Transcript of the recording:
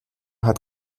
hat